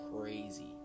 crazy